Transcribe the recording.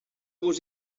vos